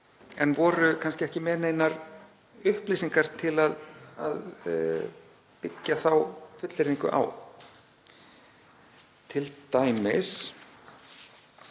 en voru kannski ekki með neinar upplýsingar til að byggja þá fullyrðingu á. Sem dæmi